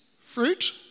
fruit